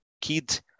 kid